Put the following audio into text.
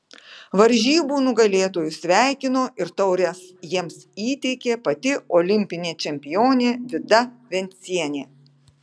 varžybų nugalėtojus sveikino ir taures jiems įteikė pati olimpinė čempionė vida vencienė